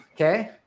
okay